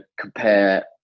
compare